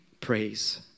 praise